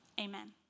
Amen